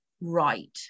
right